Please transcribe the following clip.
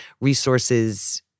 resources